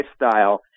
lifestyle